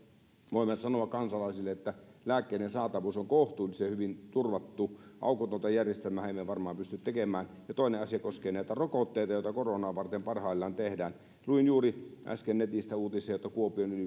voimme sanoa kansalaisille että lääkkeiden saatavuus on kohtuullisen hyvin turvattu aukotonta järjestelmäähän emme varmaan pysty tekemään toinen asia koskee näitä rokotteita joita koronaa varten parhaillaan tehdään luin juuri äsken netistä uutisia että kuopion